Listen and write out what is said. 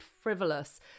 frivolous